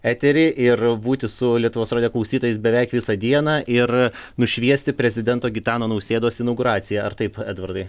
eterį ir būti su lietuvos radijo klausytojais beveik visą dieną ir nušviesti prezidento gitano nausėdos inauguraciją ar taip edvardai